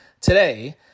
today